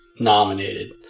nominated